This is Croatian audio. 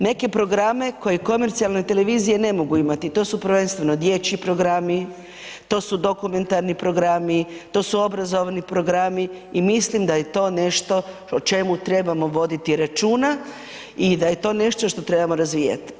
Neke programe koje komercijalne televizije ne mogu imati to su prvenstveno dječji programi, to su dokumentarni programi, to su obrazovni programi i mislim da je to nešto o čemu trebamo voditi računa i da je to nešto što trebamo razvijati.